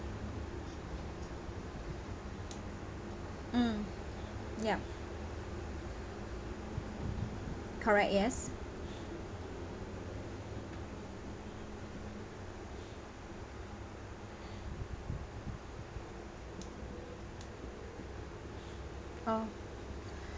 mm yup correct yes oh